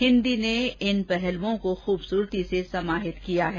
हिंदी ने इन पहलुओं को खबसुरती से समाहित किया है